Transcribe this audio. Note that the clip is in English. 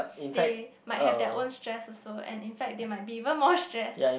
they might have their own stress also and in fact they might be even more stress